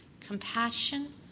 compassion